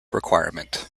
requirement